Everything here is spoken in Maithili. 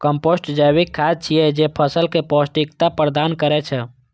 कंपोस्ट जैविक खाद छियै, जे फसल कें पौष्टिकता प्रदान करै छै